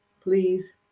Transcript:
Please